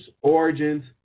origins